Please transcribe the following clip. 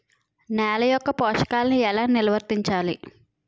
నెల యెక్క పోషకాలను ఎలా నిల్వర్తించాలి